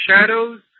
Shadows